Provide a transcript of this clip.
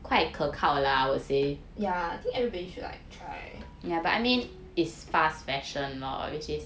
ya I think everybody should like try